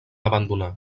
abandonar